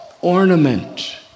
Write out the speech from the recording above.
ornament